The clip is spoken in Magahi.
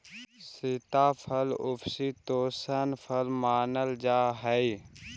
सीताफल उपशीतोष्ण फल मानल जा हाई